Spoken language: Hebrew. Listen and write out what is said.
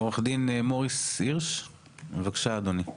עורך דין מוריס הירש, בבקשה אדוני.